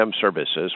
services